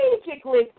strategically